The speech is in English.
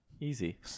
Easy